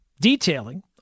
detailing